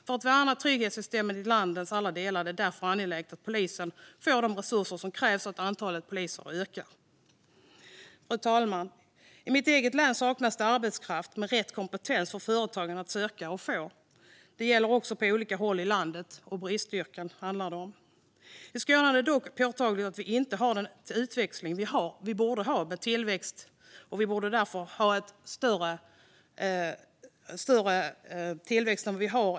För att värna trygghetssystemet i landets alla delar är det därför angeläget att polisen får de resurser som krävs och att antalet poliser ökar. Fru talman! I mitt eget län saknas det arbetskraft med rätt kompetens för företagen att söka och få. Detta gäller också på olika andra håll i landet. Det handlar om bristyrken. I Skåne är det dock påtagligt att vi inte har den utväxling vi borde ha när det gäller tillväxt. Vi borde ha en större tillväxt än vad vi har.